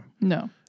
No